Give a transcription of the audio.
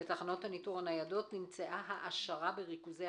בתחנות הניטור הניידות נמצאה העשרה בריכוזי